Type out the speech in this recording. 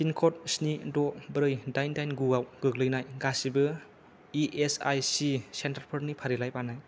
पिनक'ड स्नि द' ब्रै दाइन दाइन गु आव गोग्लैनाय गासिबो इ एस आइ सि सेन्टारफोरनि फारिलाइ बानाय